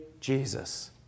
Jesus